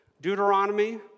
Deuteronomy